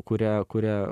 kurią kurią